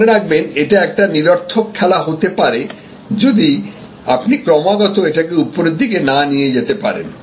মনে রাখবেন এটা একটা নিরর্থক খেলা হতে পারে যদি আপনি ক্রমাগত এটাকে উপরের দিকে না নিয়ে যেতে পারেন